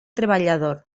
treballador